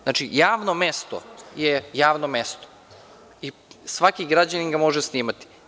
Znači, javno mesto je javno mesto i svaki građanin ga može snimati.